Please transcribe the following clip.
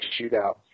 shootout